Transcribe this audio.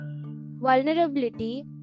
vulnerability